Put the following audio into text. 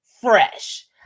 fresh